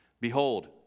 Behold